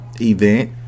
event